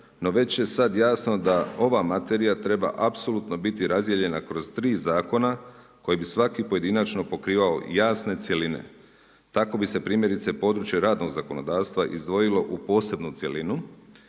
no već je sad jasno da ova materija treba apsolutno biti razdijeljena kroz 3 zakona koji bi svaki pojedinačno pokrivao jasne cjeline. Tko bi se primjerice područje radnog zakonodavstva izdvojilo u posebnu cjelinu,